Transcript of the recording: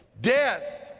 Death